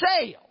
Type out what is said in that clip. sale